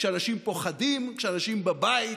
כשאנשים פוחדים, כשאנשים בבית,